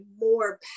more